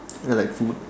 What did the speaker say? I like food